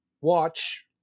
watch